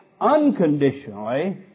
unconditionally